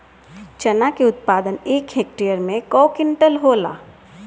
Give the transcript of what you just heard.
चना क उत्पादन एक हेक्टेयर में कव क्विंटल होला?